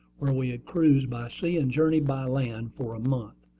where we had cruised by sea and journeyed by land for a month.